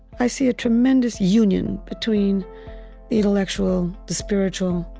i see a tremendous union between the intellectual, the spiritual,